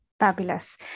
fabulous